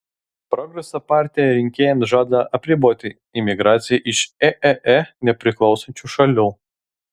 progreso partija rinkėjams žada apriboti imigraciją iš eee nepriklausančių šalių